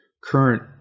current